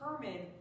determine